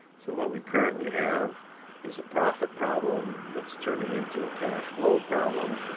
so what we currently have is a profit problem, that's turning into a cash flow problem,